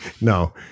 No